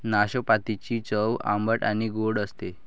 नाशपातीची चव आंबट आणि गोड असते